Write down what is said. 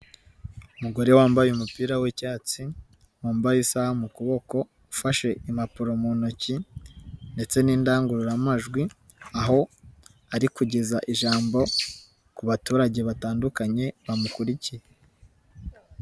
Umugore wambaye umupira w'icyatsi, wambaye isaha mu kuboko, ufashe impapuro mu ntoki ndetse n'indangururamajwi, aho ari kugeza ijambo ku baturage batandukanye bamukurikiye.